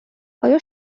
آیا